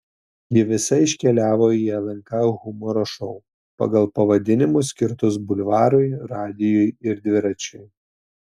ji visa iškeliavo į lnk humoro šou pagal pavadinimus skirtus bulvarui radijui ir dviračiui